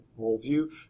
worldview